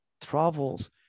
travels